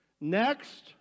Next